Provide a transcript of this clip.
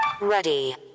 Ready